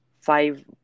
five